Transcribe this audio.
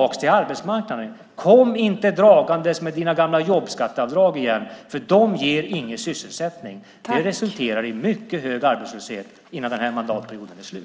komma till arbetsmarknaden. Kom inte dragandes med dina gamla jobbskatteavdrag igen, för de ger ingen sysselsättning. De resulterar i mycket stor arbetslöshet innan mandatperioden är slut.